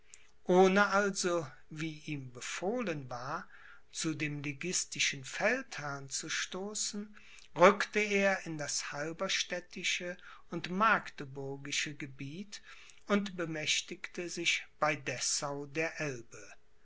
ohne also wie ihm befohlen war zu dem liguistischen feldherrn zu stoßen rückte er in das halberstädtische und magdeburgische gebiet und bemächtigte sich bei dessau der elbe